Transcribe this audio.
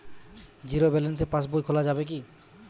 Zero balance passbook খোলা যাবে কি?